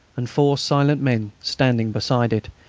and four silent men standing beside it,